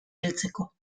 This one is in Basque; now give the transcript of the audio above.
heltzeko